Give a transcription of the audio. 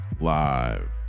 live